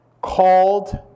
called